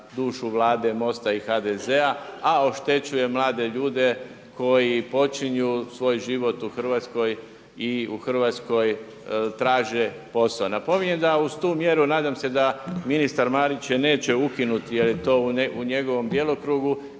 Hrvatskoj traže posao.